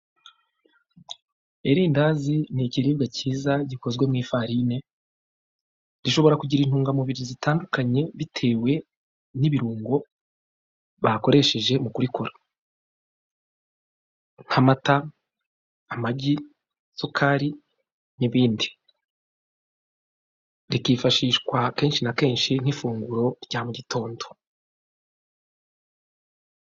Irindazi ni ikiribwa cyiza gikozwe mu ifarine, gishobora kugira intungamubiri zitandukanye bitewe n'ibirungo bakoresheje mukora, nk'amata, amagi, isukari n'ibindi rikifashishwa kenshi na kenshi nk'ifunguro rya mu gitondo.